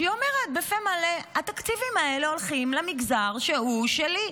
היא אומרת בפה מלא: התקציבים האלה הולכים למגזר שהוא שלי.